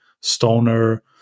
stoner